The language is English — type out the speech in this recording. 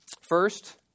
first